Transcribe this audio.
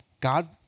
God